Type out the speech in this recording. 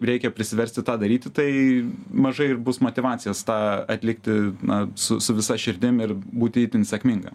reikia prisiversti tą daryti tai mažai ir bus motyvacijos tą atlikti na su su visa širdim ir būti itin sėkminga